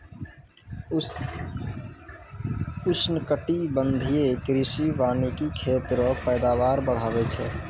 उष्णकटिबंधीय कृषि वानिकी खेत रो पैदावार बढ़ाबै छै